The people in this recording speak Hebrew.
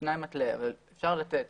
תנאי מתלה אבל אפשר לתת